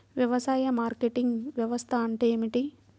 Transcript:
వ్యవసాయ మార్కెటింగ్ వ్యవస్థ అంటే ఏమిటి?